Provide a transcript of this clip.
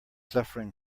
suffering